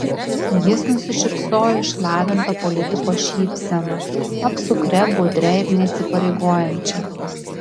jis nusišypsojo išlavinta politiko šypsena apsukria budria ir neįsipareigojančia